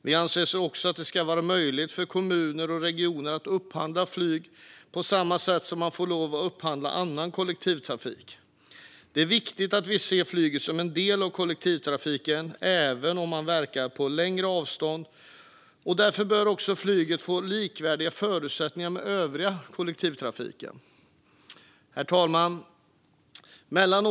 Vi anser också att det ska vara möjligt för kommuner och regioner att upphandla flygtrafik på samma sätt som man får lov att upphandla annan kollektivtrafik. Det är viktigt att vi ser flyget som en del av kollektivtrafiken även om det verkar på längre avstånd. Därför bör flyget få förutsättningar som är likvärdiga med dem för övrig kollektivtrafik. Herr talman!